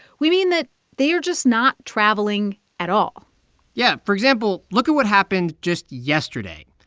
we mean that they are just not traveling at all yeah. for example, look at what happened just yesterday.